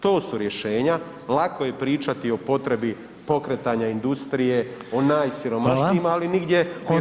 To su rješenja, lako je pričati o potrebi pokretanja industrije, o najsiromašnijima [[Upadica: Hvala.]] ali nigdje rješenja.